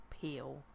peel